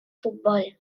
futbol